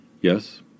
Yes